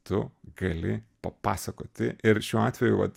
tu gali papasakoti ir šiuo atveju vat